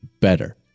better